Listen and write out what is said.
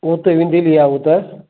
उहो त वेंदी ली आहे हू त